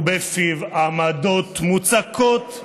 ובפיו עמדות מוצקות,